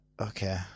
okay